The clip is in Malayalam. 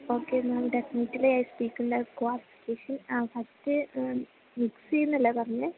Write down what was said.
okay ma'am definitely I speak first മിക്സിയെന്നല്ലെ പറഞ്ഞത്